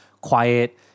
quiet